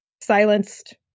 Silenced